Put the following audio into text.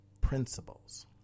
principles